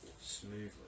smoothly